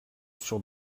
sur